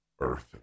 earth